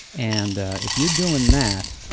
and if you're doing that,